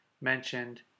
mentioned